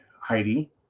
Heidi